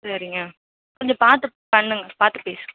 சரிங்க கொஞ்சம் பார்த்து பண்ணுங்கள் பார்த்து பேசுங்க